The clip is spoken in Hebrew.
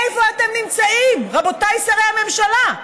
איפה אתם נמצאים, רבותיי שרי הממשלה?